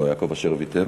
יעקב אשר ויתר?